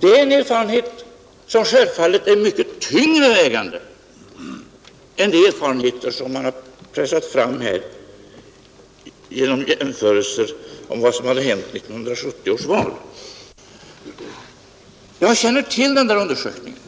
Det är en erfarenhet som självfallet är mycket tyngre vägande än de erfarenheter som man har pressat fram här efter vad som hade hänt vid 1970 års val. Jag känner till den där undersökningen,